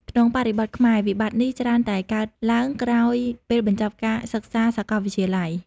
ក្នុងបរិបទខ្មែរ វិបត្តិនេះច្រើនតែកើតឡើងក្រោយពេលបញ្ចប់ការសិក្សានៅសាកលវិទ្យាល័យ។